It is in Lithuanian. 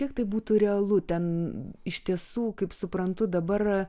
kiek tai būtų realu ten iš tiesų kaip suprantu dabar